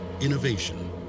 Innovation